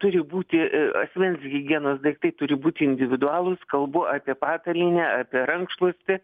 turi būti asmens higienos daiktai turi būti individualūs kalbu apie patalynę apie rankšluostį